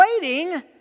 waiting